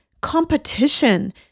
competition